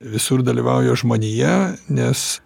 visur dalyvauja žmonija nes